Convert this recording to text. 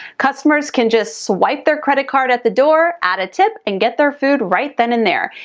customers can just swipe their credit card at the door, add a tip, and get their food right then and there.